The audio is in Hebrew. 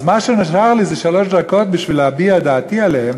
אז מה שנותר לי זה שלוש דקות בשביל להביע את דעתי עליהם.